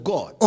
God